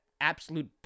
absolute